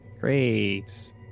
Great